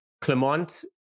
Clement